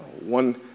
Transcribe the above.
One